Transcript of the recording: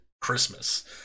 Christmas